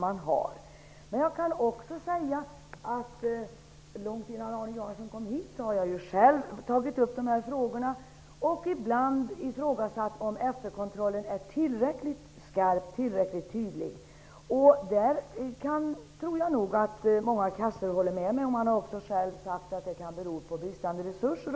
Men jag kan också tillägga att långt innan Arne Jansson kom hit till kammaren har jag själv tagit upp dessa frågor och ibland ifrågasatt om efterkontrollen är tillräckligt skarp och tydlig. På den punkten tror jag många kassor håller med mig, men man har hänvisat till bl.a. bristande resurser.